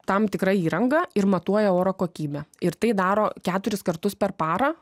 tam tikra įranga ir matuoja oro kokybę ir tai daro keturis kartus per parą